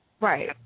Right